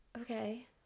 Okay